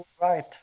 right